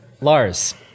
Lars